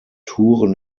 touren